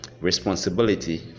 responsibility